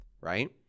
right